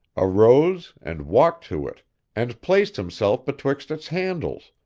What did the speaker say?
arose and walked to it and placed himself betwixt its handles,